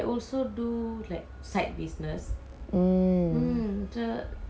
mm side business